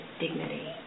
dignity